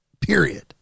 period